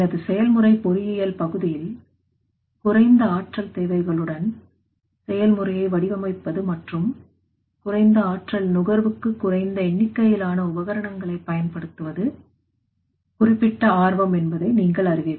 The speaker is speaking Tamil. எனது செயல்முறை பொறியியல் பகுதியில் குறைந்த ஆற்றல் தேவைகளுடன் செயல்முறையை வடிவமைப்பது மற்றும் குறைந்த ஆற்றல் நுகர்வுக்கு குறைந்த எண்ணிக்கையிலான உபகரணங்களை பயன்படுத்துவது குறிப்பிட்ட ஆர்வம் என்பதை நீங்கள் அறிவீர்கள்